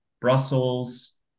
Brussels